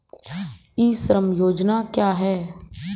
ई श्रम योजना क्या है?